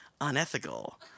unethical